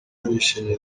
barishimye